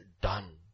done